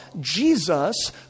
Jesus